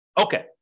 Okay